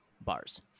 bars